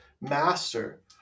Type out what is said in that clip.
master